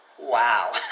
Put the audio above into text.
Wow